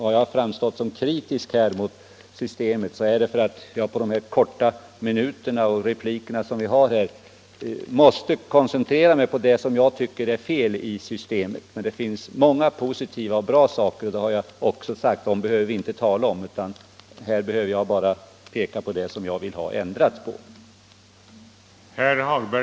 Har jag framstått som kritisk mot systemet, beror det på att jag under de korta repliker som vi har här måste koncentrera mig på det som jag tycker är fel i systemet. Det finns naturligtvis många positiva och bra saker — det har jag också nämnt — men dem behöver vi inte tala om nu. Här behöver jag bara peka på det som jag vill ha en ändring på.